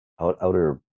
outer